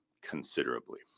considerably